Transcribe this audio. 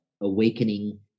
awakening